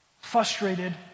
Frustrated